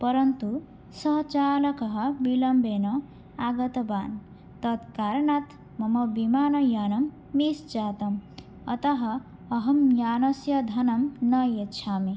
परन्तु सः चालकः विलम्बेन आगतवान् तत् कारणात् मम विमानयानं मिस् जातम् अतः अहं यानस्य धनं न यच्छामि